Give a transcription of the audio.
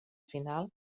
final